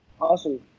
Awesome